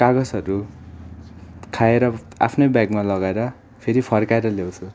कागजहरू खाएर आफ्नै ब्यागमा लगाएर फेरि फर्काएर ल्याउँछु